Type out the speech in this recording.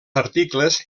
articles